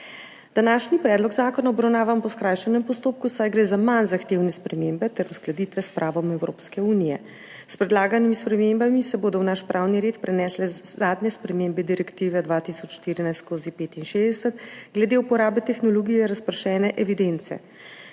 Današnji predlog zakona obravnavamo po skrajšanem postopku, saj gre za manj zahtevne spremembe ter uskladitve s pravom Evropske unije. S predlaganimi spremembami se bodo v naš pravni red prenesle zadnje spremembe direktive 2014/65 glede uporabe tehnologije razpršene evidence.